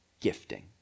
gifting